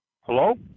hello